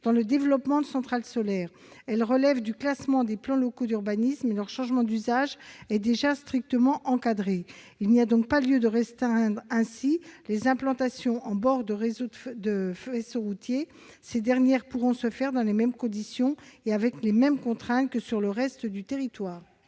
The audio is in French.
dans le développement de centrales solaires. Elle relève du classement des plans locaux d'urbanisme, et leur changement d'usage est déjà strictement encadré. Il n'y a donc pas lieu de restreindre ainsi les implantations en bord de réseau routier. Ces dernières pourront s'effectuer dans les mêmes conditions et avec les mêmes contraintes que sur le reste du territoire.